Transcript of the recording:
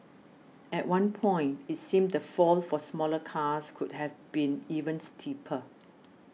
at one point it seemed the fall for smaller cars could have been even steeper